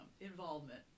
involvement